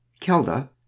Kelda